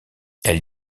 elles